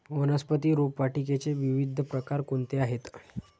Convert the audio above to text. वनस्पती रोपवाटिकेचे विविध प्रकार कोणते आहेत?